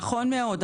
נכון מאוד.